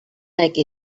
like